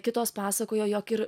kitos pasakojo jog ir